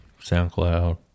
SoundCloud